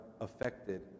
affected